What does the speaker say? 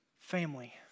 family